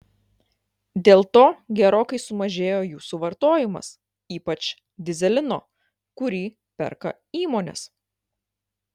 dėl to gerokai sumažėjo jų suvartojimas ypač dyzelino kurį perka įmonės